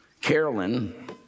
Carolyn